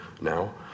now